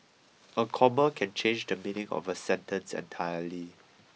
a comma can change the meaning of a sentence entirely